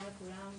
לכולם,